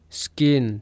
skin